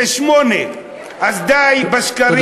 זה 8. אז די בשקרים.